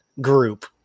group